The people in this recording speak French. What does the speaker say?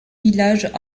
villages